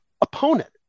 opponent